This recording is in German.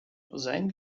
sein